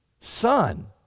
Son